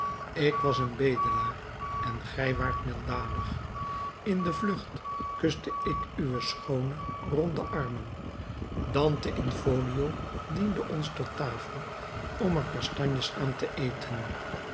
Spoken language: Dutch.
ik was een bedelaar en gij waart milddadig in de vlucht kuste ik uw schoone ronde armen dante in folio diende ons tot tafel om er kastanjes aan te eten